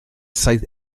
saith